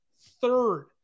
Third